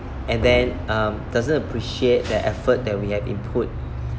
and then um doesn't appreciate the effort that we have input